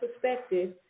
perspective